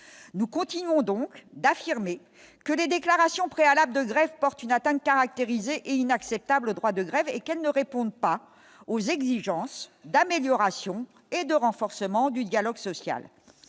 nous continuons donc d'affirmer que des déclarations préalables de grève porte une atteinte caractérisée et inacceptable, le droit de grève et qu'elles ne répondent pas aux exigences d'amélioration et de renforcement du dialogue social,